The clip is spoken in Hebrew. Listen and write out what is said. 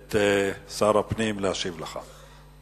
את שר הפנים להשיב לך.